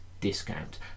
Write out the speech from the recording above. discount